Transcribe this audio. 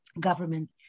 government